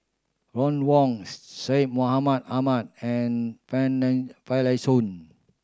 Ron Wong Syed Mohamed Ahmed and Finlayson